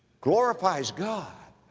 glorifies god.